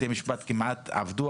בתי המשפט כמעט עבדו,